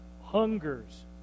hungers